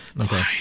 Okay